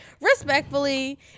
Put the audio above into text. Respectfully